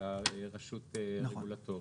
אלא רשות רגולטורית.